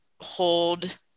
hold